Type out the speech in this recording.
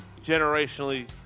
generationally